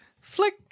flick